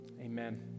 Amen